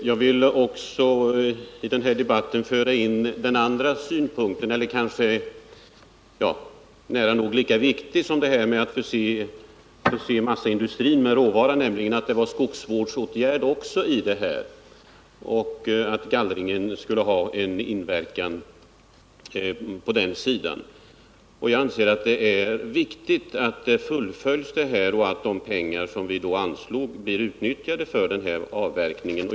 Herr talman! Jag vill i denna debatt också föra in en annan synpunkt, för den är nära nog lika viktig som uppgiften att förse massaindustrin med råvara. Gallringen har också stor betydelse för skogsvården. Jag anser att det är viktigt att den fullföljs och att de pengar som vi anslagit också blir utnyttjade för denna avverkning.